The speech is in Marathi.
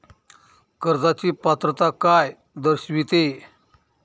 कर्जाची पात्रता काय दर्शविते?